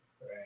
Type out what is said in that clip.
Right